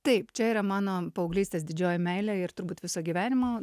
taip čia yra mano paauglystės didžioji meilė ir turbūt visą gyvenimą